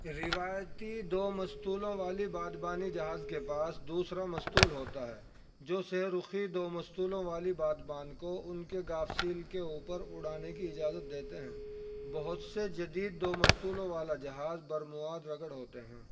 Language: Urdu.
روایتی دو مستولوں والی بادبانی جہاز کے پاس دوسرا مستول ہوتا ہے جو سہ رخی دو مستولوں والی بادبان کو ان کے گاف سیل کے اوپر اڑانے کی اجازت دیتے ہیں بہت سے جدید دو مستولوں والا جہاز برمواد رگڑ ہوتے ہیں